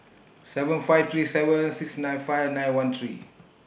seven five three seven six nine five nine one three